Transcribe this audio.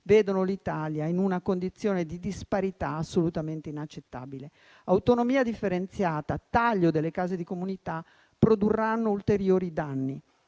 vedono l'Italia in una condizione di disparità assolutamente inaccettabile. L'autonomia differenziata e il taglio delle case di comunità produrranno ulteriori danni.